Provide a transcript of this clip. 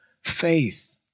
faith